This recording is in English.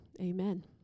amen